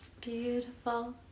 beautiful